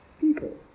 people